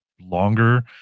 longer